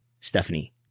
Stephanie